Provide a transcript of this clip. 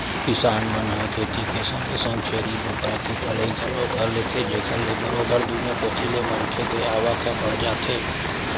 किसान मन ह खेती के संगे संग छेरी बोकरा के पलई घलोक कर लेथे जेखर ले बरोबर दुनो कोती ले मनखे के आवक ह बड़ जाथे